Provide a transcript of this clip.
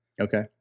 okay